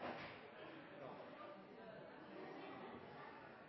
takk